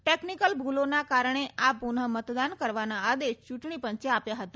technical ભૂલોના કારણે આ પુનઃ મતદાન કરવાના આદેશ ચૂંટણી પંચે આપ્યા હતા